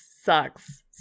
sucks